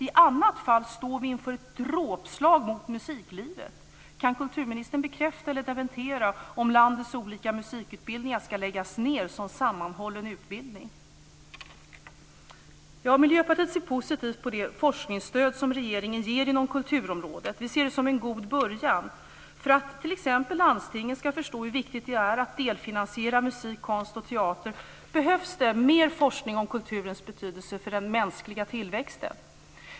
I annat fall står vi inför ett dråpslag mot musiklivet. Kan kulturministern bekräfta eller dementera om landets olika musikutbildningar ska läggas ned som sammanhållen utbildning? Miljöpartiet ser positivt på det forskningsstöd som regeringen ger inom kulturområdet. Vi ser det som en god början. För att t.ex. landstingen ska förstå hur viktigt det är att delfinansiera musik, konst och teater behövs det mer forskning om kulturens betydelse för den mänskliga tillväxten.